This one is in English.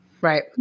Right